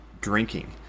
drinking